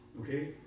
Okay